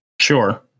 Sure